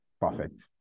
Perfect